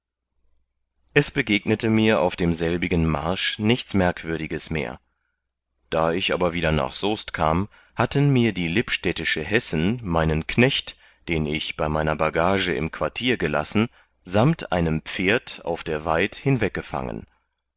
es begegnete mir auf demselbigen marsch nichts merkwürdiges mehr da ich aber wieder nach soest kam hatten mir die lippstädtische hessen meinen knecht den ich bei meiner bagage im quartier gelassen samt einem pferd auf der waid